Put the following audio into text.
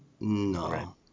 no